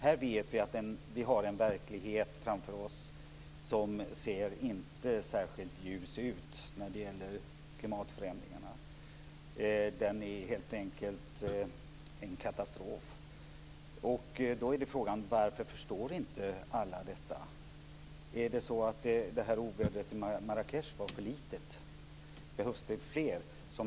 Här vet vi att vi har en verklighet som inte ser särskilt ljus ut när det gäller klimatförändringarna. Den är helt enkelt en katastrof. Frågan är varför inte alla förstår detta. Var ovädret i Marrakech för litet? Behövs det fler?